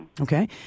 Okay